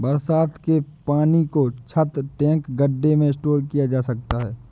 बरसात के पानी को छत, टैंक, गढ्ढे में स्टोर किया जा सकता है